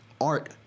art